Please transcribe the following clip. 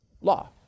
law